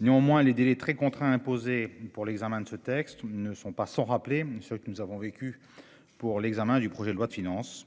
néanmoins les délais très contraints, imposés pour l'examen de ce texte ne sont pas sans rappeler ce que nous avons vécu pour l'examen du projet de loi de finances,